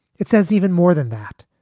it says even more than that,